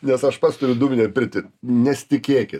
nes aš pats turiu dūminę pirtį nesitikėki